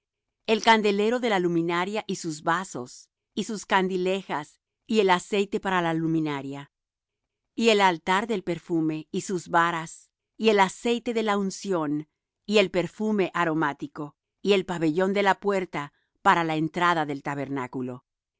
el candelero de la luminaria y sus vasos y sus candilejas y el aceite para la luminaria y el altar del perfume y sus varas y el aceite de la unción y el perfume aromático y el pabellón de la puerta para la entrada del tabernáculo